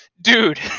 dude